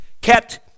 kept